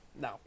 no